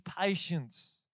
patience